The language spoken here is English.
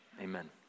Amen